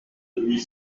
huit